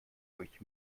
durch